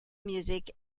music